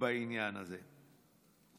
בעניין הזה.